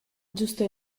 giusto